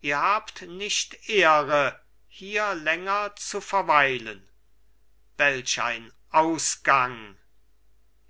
ihr habt nicht ehre hier länger zu verweilen welch ein ausgang